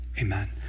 Amen